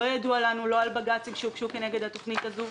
לא ידוע לנו על עתירות לבג"ץ שהוגשו כנגד התוכנית הזו.